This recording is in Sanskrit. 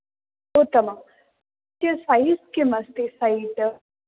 उत्तमं सैज् किम् अस्ति सैट्